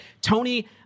Tony